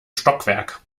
stockwerk